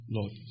Lord